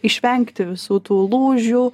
išvengti visų tų lūžių